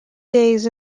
days